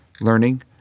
learning